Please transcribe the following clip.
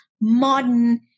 modern